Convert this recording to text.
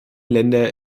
länder